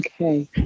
Okay